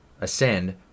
ascend